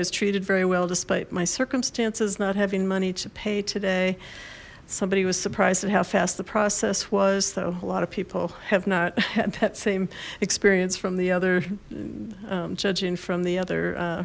was treated very well despite my circumstances not having money to pay today somebody was surprised at how fast the process was though a lot of people have not had that same experience from the other judging from the other